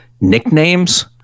nicknames